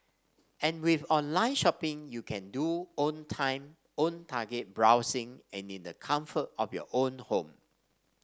and with online shopping you can do own time own target browsing and in the comfort of your own home